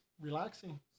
relaxing